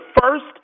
first